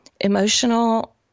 Emotional